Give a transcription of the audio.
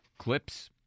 Clips